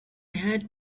had